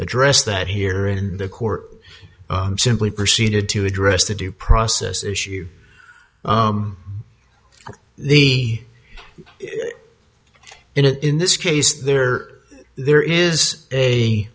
address that here in the court simply proceeded to address the due process issue he in it in this case there there is a